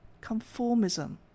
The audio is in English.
conformism